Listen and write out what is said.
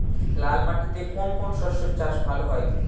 লাল মাটিতে কোন কোন শস্যের চাষ ভালো হয়?